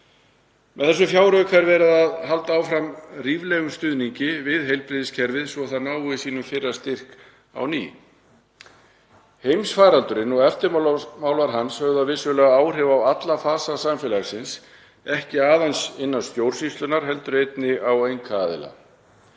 Með þessum fjárauka er verið að halda áfram ríflegum stuðningi við heilbrigðiskerfið svo það nái sínum fyrri styrk á ný. Heimsfaraldurinn og eftirmál hans höfðu vissulega áhrif á alla fasa samfélagsins, ekki aðeins innan stjórnsýslunnar heldur einnig á einkaaðila.